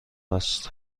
است